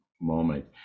moment